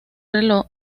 reloj